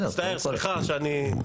מצטער, סליחה שאני.